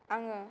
आङो